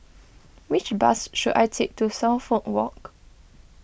which bus should I take to Suffolk Walk